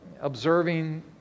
observing